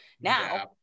Now